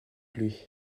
lui